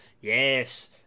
Yes